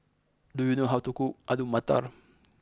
do you know how to cook Alu Matar